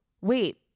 wait